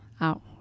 out